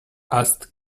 asked